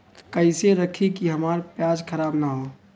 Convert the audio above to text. कइसे रखी कि हमार प्याज खराब न हो?